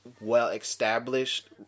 well-established